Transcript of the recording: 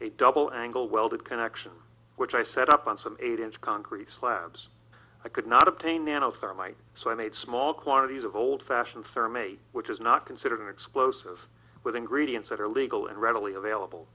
a double angle welded connection which i set up on some eight inch concrete slabs i could not obtain nano thermite so i made small quantities of old fashioned sir may which is not considered an explosive with ingredients that are legal and readily available